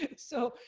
yeah so,